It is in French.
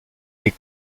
les